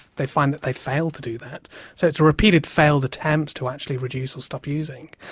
they find that they fail to do that. so it's repeated failed attempts to actually reduce stop using.